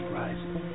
rising